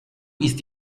ist